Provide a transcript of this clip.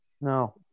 No